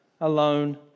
alone